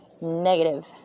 negative